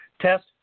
Test